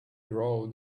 grow